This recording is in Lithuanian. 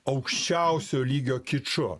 aukščiausio lygio kiču